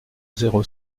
zéro